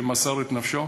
שמסר את נפשו,